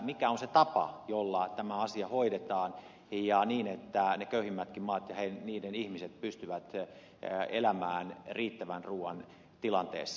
mikä on se tapa jolla tämä asia hoidetaan niin että ne köyhimmätkin maat ja niiden ihmiset pystyvät elämään riittävän ruuan tilanteessa